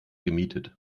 gemietet